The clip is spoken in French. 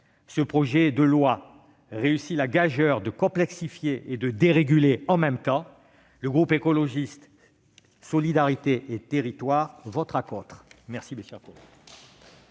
Ce projet de loi réussit la gageure de complexifier et de déréguler en même temps. Le groupe Écologiste - Solidarité et Territoires votera donc contre.